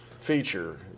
feature